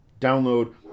download